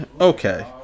Okay